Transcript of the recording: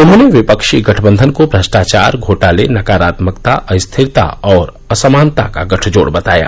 उन्होंने विपक्षी गठबंधन को भ्रष्टाचार घोटाले नकारात्मकता अस्थिरता और असमानता का गठजोड़ बताया